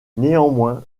néanmoins